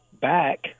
back